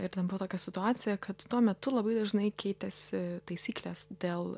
ir ten buvo tokia situacija kad tuo metu labai dažnai keitėsi taisyklės dėl